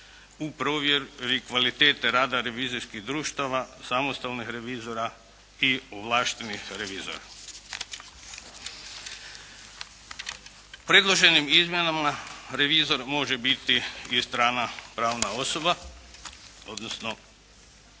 u provjeri kvalitete rada revizijskih društava, samostalnih revizora i ovlaštenih revizora. Predloženim izmjenama revizor može biti i strana pravna osoba odnosno,